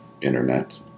Internet